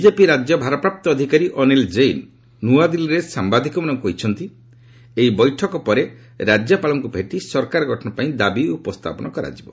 BJP ରାଜ୍ୟ ଭାରପ୍ରାପ୍ତ ଅଧିକାରୀ ଅନୀଲ ଜୈନ୍ ନୂଆଦିଲ୍ଲୀରେ ସାମ୍ବାଦିକମାନଙ୍କୁ କହିଛନ୍ତି ଏହି ବୈଠକ ପରେ ରାଜ୍ୟପାଳଙ୍କୁ ଭେଟି ସରକାର ଗଠନ ପାଇଁ ଦାବି ଉପସ୍ଥାପନ କରାଯିବ